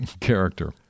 character